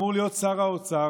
אמור להיות שר האוצר.